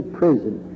prison